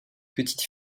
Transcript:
petite